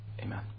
Amen